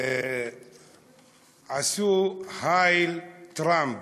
עשו "הייל טראמפ"